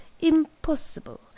impossible